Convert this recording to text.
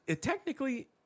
technically